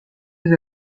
des